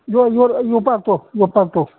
ꯌꯣꯝꯄꯥꯛꯇꯣ ꯌꯣꯝꯄꯥꯛꯇꯣ